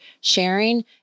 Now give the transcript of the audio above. sharing